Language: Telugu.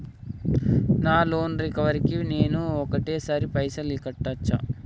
నా లోన్ రికవరీ కి నేను ఒకటేసరి పైసల్ కట్టొచ్చా?